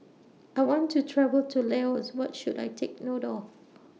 I want to travel to Laos What should I Take note of